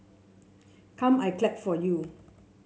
come I clap for you